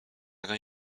tego